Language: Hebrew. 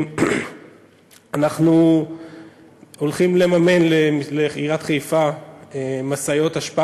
אנחנו הולכים לממן לעיריית חיפה משאיות אשפה